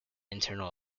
internal